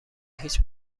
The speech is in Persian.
هیچ